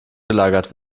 gelagert